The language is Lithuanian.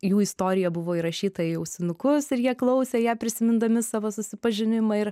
jų istorija buvo įrašyta į ausinukus ir jie klausė ją prisimindami savo susipažinimą ir